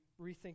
rethink